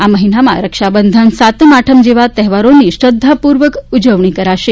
આ મહિનામાં રક્ષાબંધન સાતમ આઠમ જેવા તહેવારોની શ્રધ્ધાપુર્વક ઉજવણી કરાશે